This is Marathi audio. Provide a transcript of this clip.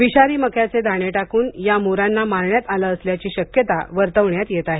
विषारी मक्याचे दाणे टाकून या मोरांना मारण्यात आली असल्याची शक्यता वर्तविण्यात येत आहे